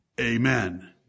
Amen